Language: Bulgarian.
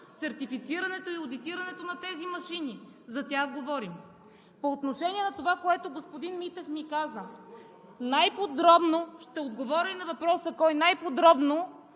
сертифицирането и одитирането на тези машини. За тях говорим. По отношение на това, което господин Митев ми каза, ще отговоря на въпроса „Кой?“, най-подробно